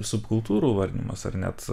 subkultūrų vardijimas ar net